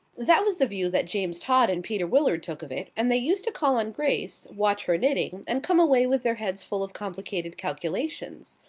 that was the view that james todd and peter willard took of it, and they used to call on grace, watch her knitting, and come away with their heads full of complicated calculations.